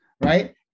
right